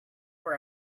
were